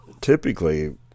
typically